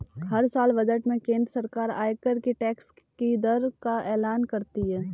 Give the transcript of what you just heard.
हर साल बजट में केंद्र सरकार आयकर के टैक्स की दर का एलान करती है